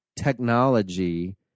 technology